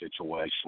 situation